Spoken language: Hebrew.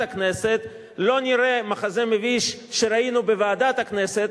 הכנסת לא נראה מחזה מביש כמו שראינו בוועדת הכנסת,